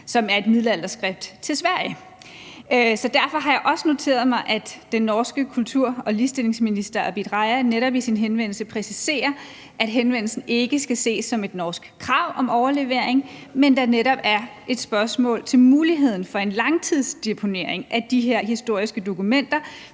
som er et middelalderskrift, til Sverige. Derfor har jeg også noteret mig, at den norske kultur- og ligestillingsminister, Abid Q. Raja, netop i sin henvendelse præciserer, at henvendelsen ikke skal ses som et norsk krav om overlevering, men netop som et spørgsmål til muligheden for en langtidsdeponering af de her historiske dokumenter,